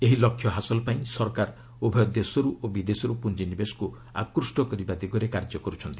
ଏହି ଲକ୍ଷ୍ୟ ହାସଲ ପାଇଁ ସରକାର ଉଭୟ ଦେଶରୁ ଓ ବିଦେଶରୁ ପୁଞ୍ଜିନିବେଶକୁ ଆକୁଷ୍ଟ କରିବା ଦିଗରେ କାର୍ଯ୍ୟ କରୁଛନ୍ତି